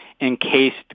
encased